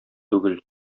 түгел